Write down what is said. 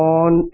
on